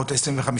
625?